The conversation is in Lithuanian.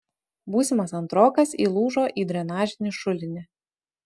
būsimas antrokas įlūžo į drenažinį šulinį